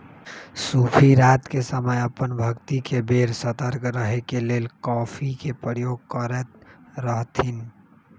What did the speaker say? सूफी रात के समय अप्पन भक्ति के बेर सतर्क रहे के लेल कॉफ़ी के प्रयोग करैत रहथिन्ह